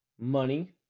money